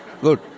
Good